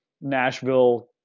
Nashville